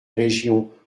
régions